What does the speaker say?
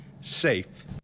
safe